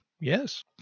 yes